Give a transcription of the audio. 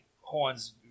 horns